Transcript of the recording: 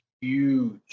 huge